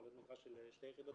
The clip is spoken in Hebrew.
יכול להיות מגרש של שתי יחידות,